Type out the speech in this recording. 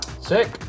sick